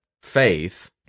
faith